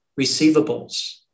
receivables